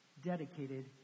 dedicated